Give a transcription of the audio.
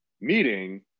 meeting